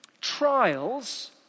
Trials